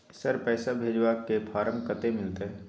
Sir, पैसा भेजबाक form कत्ते मिलत?